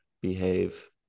behave